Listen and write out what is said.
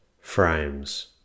frames